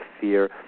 fear